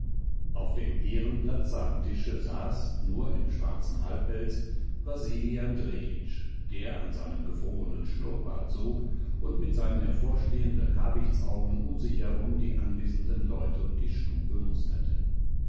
auf dem ehrenplatze am tische saß nur im schwarzen halbpelz wasili andrejitsch der an seinem gefrorenen schnurrbart sog und mit seinen hervorstehenden habichtsaugen um sich herum die anwesenden leute und die stube musterte